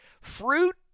Fruit